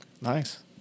Nice